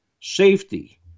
safety